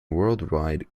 worldwide